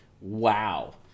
Wow